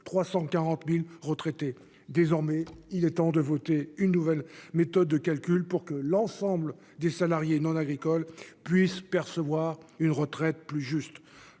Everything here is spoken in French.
340 000 retraités. Il est temps désormais de voter en faveur d'une nouvelle méthode de calcul pour que l'ensemble des salariés non agricoles puissent percevoir une retraite plus juste.